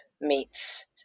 meets